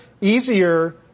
easier